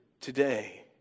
today